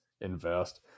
invest